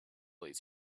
these